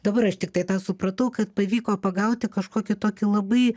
dabar aš tiktai tą supratau kad pavyko pagauti kažkokį tokį labai